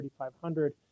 3,500